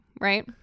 Right